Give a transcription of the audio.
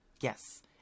yes